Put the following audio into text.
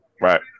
right